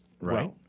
right